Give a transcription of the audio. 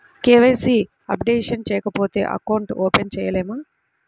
KYC updation చేయకపోతే account open చేయలేమా?